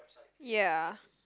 ya